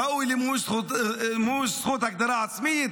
ראוי למימוש זכות הגדרה עצמית,